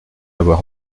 avoir